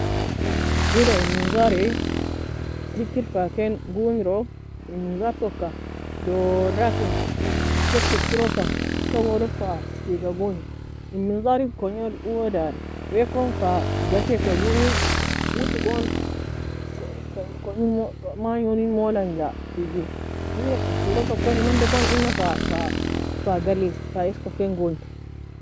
Wida en منظار hikir fa ken gongei in منظار touka dourakin soke eskirosa tawoe log fa teaga gonge or. En منظار konge nal owoe dari wekon fa ghasie ka gongi outi goon kongeown, mange ownel molea anga teagi wida in صورة toe koni mando elton ena fa gali fa eska gongir